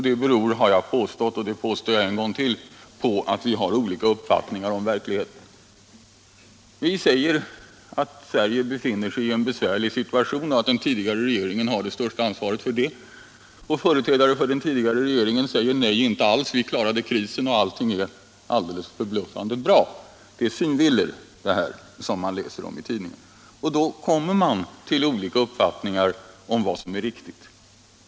Det beror — har jag påstått och påstår jag en gång till — på att vi har olika uppfattningar om verkligheten. Vi säger att Sverige befinner sig i en besvärlig situation och att den tidigare regeringen har det största ansvaret därför. Företrädarna för den tidigare regeringen säger att den klarade krisen, att allt är alldeles förbluffande bra och att det är synvillor som man läser om i tidningarna. Då kommer man till olika uppfattningar om vad som är riktigt.